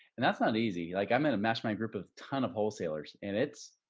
and that's not easy, like i'm going to match my group of ton of wholesalers and it's,